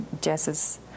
Jess's